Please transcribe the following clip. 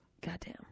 Goddamn